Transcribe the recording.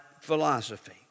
philosophy